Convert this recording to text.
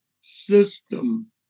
system